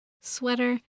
sweater